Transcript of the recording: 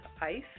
ice